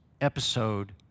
episode